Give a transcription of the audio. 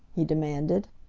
he demanded.